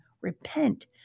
repent